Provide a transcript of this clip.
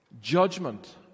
judgment